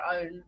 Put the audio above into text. own